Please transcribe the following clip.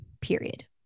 period